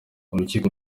urukiko